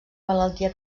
malaltia